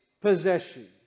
possession